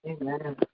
Amen